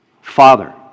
Father